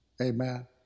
Amen